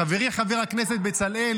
חברי חבר הכנסת בצלאל,